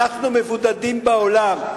אנחנו מבודדים בעולם,